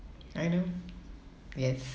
I know yes